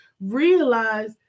realize